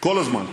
כל הזמן,